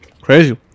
Crazy